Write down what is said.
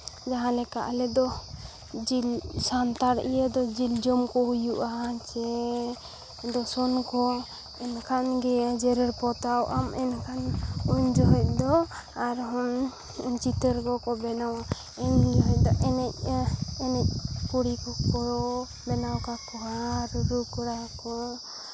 ᱡᱟᱦᱟᱸ ᱞᱮᱠᱟ ᱟᱞᱮ ᱫᱚ ᱡᱤᱞ ᱥᱟᱱᱛᱟᱲ ᱤᱭᱟᱹ ᱫᱚ ᱡᱤᱞ ᱡᱚᱢ ᱠᱚ ᱦᱩᱭᱩᱜᱼᱟ ᱡᱮ ᱫᱚᱥᱚᱱ ᱠᱚ ᱮᱱᱠᱷᱟᱱ ᱜᱮ ᱡᱮᱨᱮᱲ ᱯᱚᱛᱟᱣ ᱟᱢ ᱮᱱᱠᱷᱟᱱ ᱩᱱ ᱡᱚᱠᱷᱚᱡ ᱫᱚ ᱟᱨᱦᱚᱸ ᱪᱤᱛᱟᱹᱨ ᱠᱚᱠᱚ ᱵᱮᱱᱟᱣᱟ ᱤᱧ ᱞᱟᱹᱭᱫᱟ ᱮᱱᱮᱡᱼᱟ ᱮᱱᱮᱡ ᱠᱩᱲᱤ ᱠᱚᱠᱚ ᱵᱮᱱᱟᱣ ᱠᱟᱠᱚᱣᱟ ᱟᱨ ᱨᱩ ᱨᱩ ᱠᱚᱲᱟ ᱠᱚ